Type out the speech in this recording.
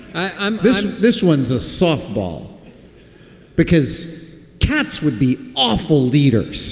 i'm this this one's a softball because cats would be awful leaders